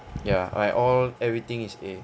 ya I all everything is A